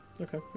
Okay